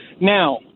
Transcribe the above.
now